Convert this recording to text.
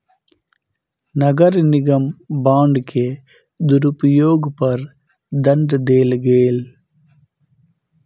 नगर निगम बांड के दुरूपयोग पर दंड देल गेल